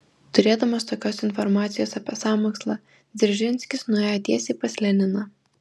turėdamas tokios informacijos apie sąmokslą dzeržinskis nuėjo tiesiai pas leniną